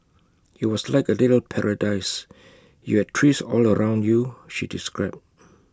IT was like A little paradise you had trees all around you she described